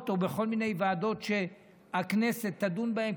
או בכל מיני ועדות שהכנסת תדון בהן,